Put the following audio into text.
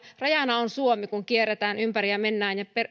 rajana on vain suomi kun kierretään ympäri ja mennään ja